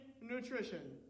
Nutrition